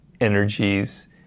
energies